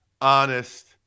Honest